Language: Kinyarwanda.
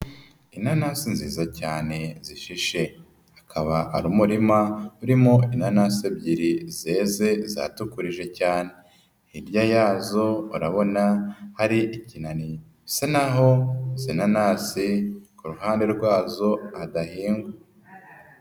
Inanasi nziza cyane zishishe. Akaba ari umurima urimo inanasi ebyiri zeze zatukurije cyane. Hirya yazo urabona hari ikinani ,gisa naho izo nanasi ku ruhande rwazo hadahingwa.